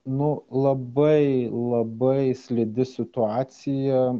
nu labai labai slidi situacija